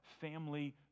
family